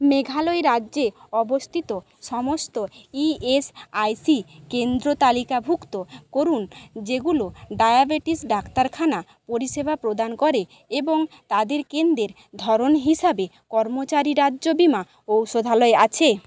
মেঘালয় রাজ্যে অবস্থিত সমস্ত ই এস আই সি কেন্দ্র তালিকাভুক্ত করুন যেগুলো ডায়াবেটিস ডাক্তারখানা পরিষেবা প্রদান করে এবং তাদের কেন্দ্রের ধরন হিসাবে কর্মচারী রাজ্য বিমা ঔষধালয় আছে